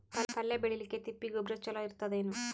ಪಲ್ಯ ಬೇಳಿಲಿಕ್ಕೆ ತಿಪ್ಪಿ ಗೊಬ್ಬರ ಚಲೋ ಇರತದೇನು?